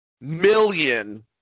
million